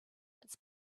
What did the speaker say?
its